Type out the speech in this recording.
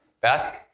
Beth